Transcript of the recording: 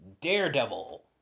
daredevil